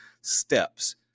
steps